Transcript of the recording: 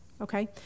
Okay